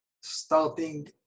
starting